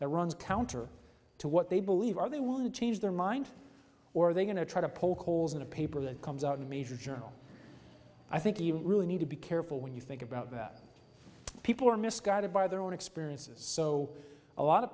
that runs counter to what they believe are they would change their mind or are they going to try to poke holes in a paper that comes out in a major journal i think you really need to be careful when you think about that people are misguided by their own experiences so a lot of